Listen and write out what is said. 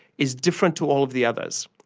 is different to all of the others.